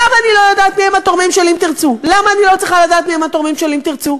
למה אני לא יודעת מי הם התורמים של "אם תרצו"?